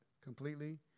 completely